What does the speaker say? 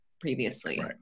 previously